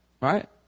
Right